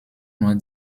nur